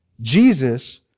Jesus